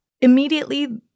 Immediately